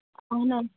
اَہَن حظ